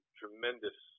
tremendous